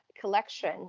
collection